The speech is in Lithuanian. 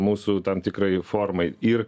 mūsų tam tikrai formai ir